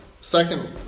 second